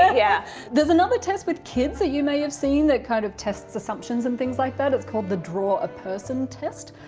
ah yeah there's another test with kids that you may have seen that kind of tests assumptions and things like that. it's called the draw-a-person test.